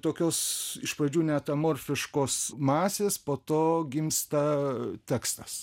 tokios iš pradžių net amorfiškos masės po to gimsta tekstas